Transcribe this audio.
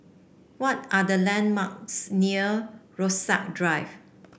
what are the landmarks near Rasok Drive